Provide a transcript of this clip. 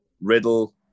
Riddle